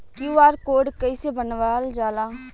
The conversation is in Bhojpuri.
क्यू.आर कोड कइसे बनवाल जाला?